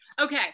Okay